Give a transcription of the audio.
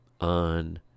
on